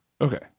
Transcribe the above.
Okay